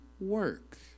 work